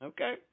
Okay